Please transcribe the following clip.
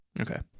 Okay